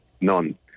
None